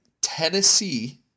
Tennessee